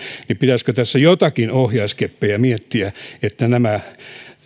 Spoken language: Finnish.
niin pitäisikö tässä joitakin ohjauskeppejä miettiä jotta nämä